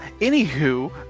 anywho